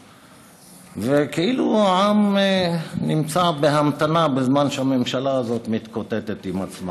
וכאילו העם נמצא בהמתנה בזמן שהממשלה הזו מתקוטטת עם עצמה.